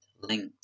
links